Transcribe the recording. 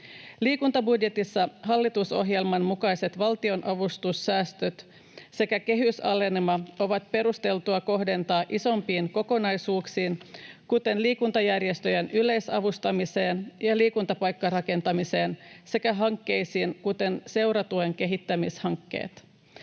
Liikuntabudjetissa hallitusohjelman mukaiset valtionavustussäästöt sekä kehysalenema on perusteltua kohdentaa isompiin kokonaisuuksiin, kuten liikuntajärjestöjen yleisavustamiseen ja liikuntapaikkarakentamiseen sekä hankkeisiin, kuten seuratuen kehittämishankkeisiin.